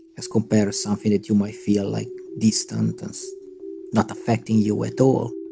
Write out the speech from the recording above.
as compared to something that you might feel like distant and not affecting you at all